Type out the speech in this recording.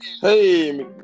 Hey